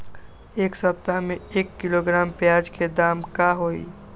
एक सप्ताह में एक किलोग्राम प्याज के दाम का होई?